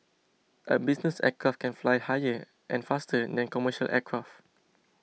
a business aircraft can fly higher and faster than commercial aircraft